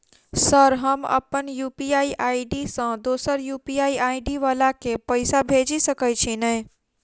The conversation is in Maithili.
सर हम अप्पन यु.पी.आई आई.डी सँ दोसर यु.पी.आई आई.डी वला केँ पैसा भेजि सकै छी नै?